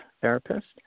therapist